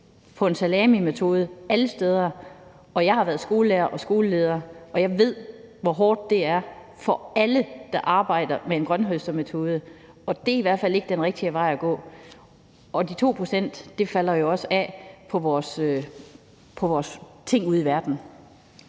efter salamimetoden, og jeg har været skolelærer og skoleleder, og jeg ved, hvor hårdt det er for alle, der arbejder, med en grønthøstermetode, og det er i hvert fald ikke den rigtige vej at gå. De 2 pct. falder jo også af på vores ting ude i verden.